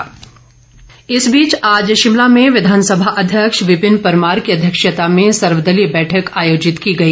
सर्वदलीय बैठक आज शिमला में विधानसभा अध्यक्ष विपिन परमार की अध्यक्षता में सर्वदलीय बैठक आयोजित की गई